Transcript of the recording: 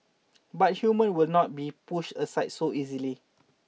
but human will not be pushed aside so easily